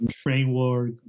framework